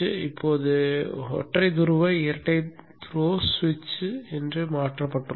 இப்போது ஒற்றை துருவ இரட்டை த்ரோ சுவிட்ச் மாற்றப்பட்டுள்ளது